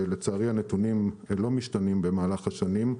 לצערי הנתונים לא משתנים במהלך השנים.